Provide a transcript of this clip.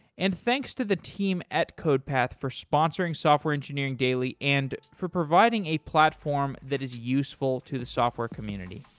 and thanks to the team at codepath for sponsoring software engineering daily and for providing a platform that is useful to the software community